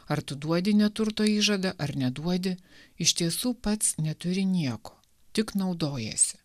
ar tu duodi neturto įžadą ar neduodi iš tiesų pats neturi nieko tik naudojiesi